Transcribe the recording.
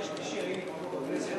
ימי שלישי בכנסת,